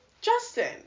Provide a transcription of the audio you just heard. Justin